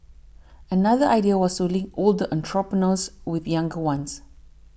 another idea was to link older entrepreneurs with younger ones